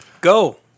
Go